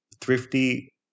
Thrifty